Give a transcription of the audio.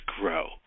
grow